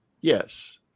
Yes